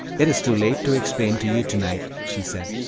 it is too late to explain to you to-night, she said,